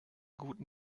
guten